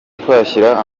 twashyira